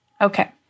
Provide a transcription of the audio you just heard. Okay